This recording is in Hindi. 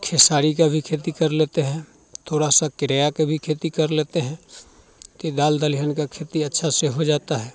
खेसारी का भी खेती कर लेते हैं थोड़ा सा क्रेया का भी खेती कर लेते हैं तो दाल दलहन का खेती अच्छा से हो जाता है